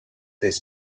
this